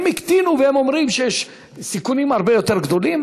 הם הקטינו והם אומרים שיש סיכונים הרבה יותר גדולים.